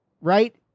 right